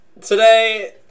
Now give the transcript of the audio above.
Today